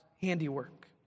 handiwork